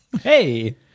Hey